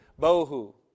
bohu